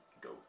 go